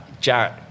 Jarrett